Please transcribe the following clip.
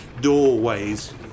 doorways